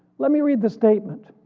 let me read the statement.